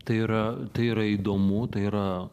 tai yra tai yra įdomu tai yra